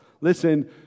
Listen